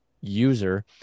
user